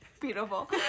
Beautiful